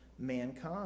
mankind